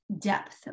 depth